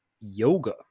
yoga